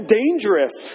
dangerous